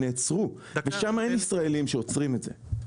הן נעצרו, ושם אין ישראלים שעוצרים את זה.